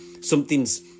Something's